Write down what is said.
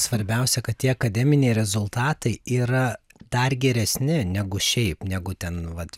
svarbiausia kad tie akademiniai rezultatai yra dar geresni negu šiaip negu ten vat